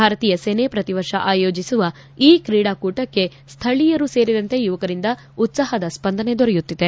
ಭಾರತೀಯ ಸೇನೆ ಪ್ರತಿವರ್ಷ ಆಯೋಜಿಸುವ ಈ ಕ್ರೀಡಾಕೂಟಕ್ಕೆ ಸ್ಠಳೀಯರು ಸೇರಿದಂತೆ ಯುವಕರಿಂದ ಉತ್ಸಾಹದ ಸ್ಪಂದನೆ ದೊರೆಯುತ್ತಿದೆ